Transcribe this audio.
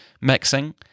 mixing